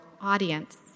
audience